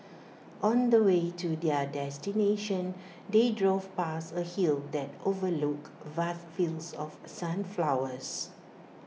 on the way to their destination they drove past A hill that overlooked vast fields of sunflowers